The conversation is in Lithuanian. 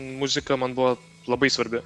muzika man buvo labai svarbi